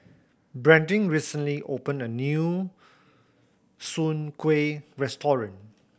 Brandin recently opened a new Soon Kuih restaurant